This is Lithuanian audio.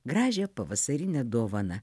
gražią pavasarinę dovaną